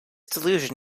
delusion